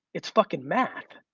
it's fuckin' math.